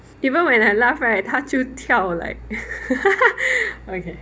even when I laugh right 它就跳 like okay